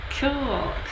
cool